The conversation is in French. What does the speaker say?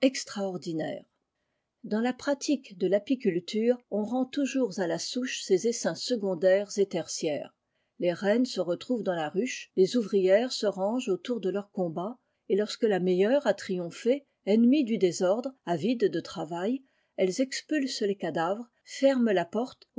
des abeilles la pratique de tapiculture on rend toujours à la souche ces essaims secondaires et tertiaires les reines se retrouvent dans la ruche les ouvrières se rangent autour de leurs combats et lorsque la meilleure a triompha ennemies du désordre avides de travail elles expulsent les cadavres ferment la porte